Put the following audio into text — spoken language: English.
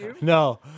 No